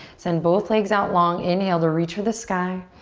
send both legs out long. inhale to reach for the sky.